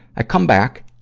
i come back,